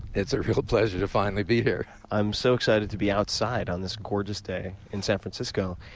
it's a real pleasure to finally be here. i'm so excited to be outside on this gorgeous day in san francisco,